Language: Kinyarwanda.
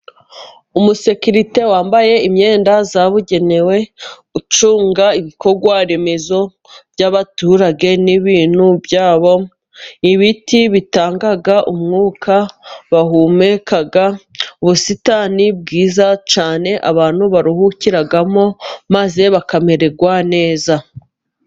Umusekiririte wambaye imyenda yabugenewe ucunga ibikorwaremezo by'abaturage n'ibintu byabo, ibiti bitanga umwuka bahumeka, ubusitani bwiza cyane abantu baruhukiramo maze bakamererwa neza.